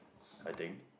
I think